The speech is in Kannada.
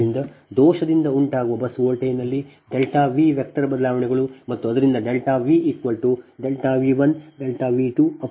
ಆದ್ದರಿಂದ ದೋಷದಿಂದ ಉಂಟಾಗುವ ಬಸ್ ವೋಲ್ಟೇಜ್ನಲ್ಲಿ V ವೆಕ್ಟರ್ ಬದಲಾವಣೆಗಳು ಮತ್ತು ಅದರಿಂದ VV1 V2 Vn